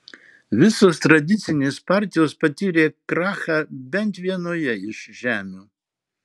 visos tradicinės partijos patyrė krachą bent vienoje iš žemių